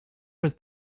was